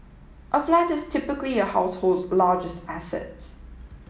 a flat is typically a household's largest asset